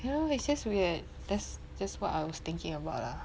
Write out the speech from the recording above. you know it's just weird that's just what I was thinking about lah